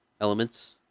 elements